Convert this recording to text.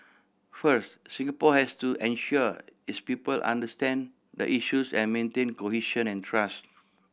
first Singapore has to ensure its people understand the issues and maintain cohesion and trust